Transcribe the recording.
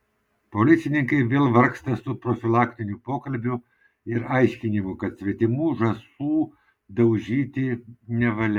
policininkai vėl vargsta su profilaktiniu pokalbiu ir aiškinimu kad svetimų žąsų daužyti nevalia